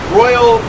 royal